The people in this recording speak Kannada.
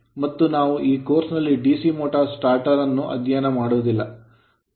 ಮತ್ತು ನಾವು ಈ ಕೋರ್ಸ್ ನಲ್ಲಿ DC motor starter motor starter ಅನ್ನು ಅಧ್ಯಯನ ಮಾಡುವುದಿಲ್ಲ